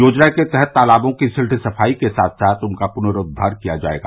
योजना के तहत तालाबों की सिल्ट सफाई के साथ साथ उनका पुनरूद्वार किया जायेगा